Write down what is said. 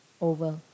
over